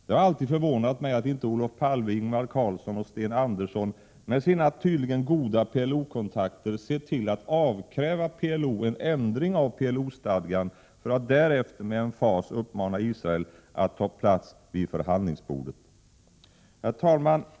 Det har alltid förvånat mig att inte Olof Palme, Ingvar Carlsson och Sten Andersson med sina tydligen goda PLO-kontakter sett till att avkräva PLO en ändring av PLO-stadgan för att därefter med emfas uppmana Israel att ta plats vid förhandlingsbordet. Herr talman!